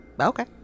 Okay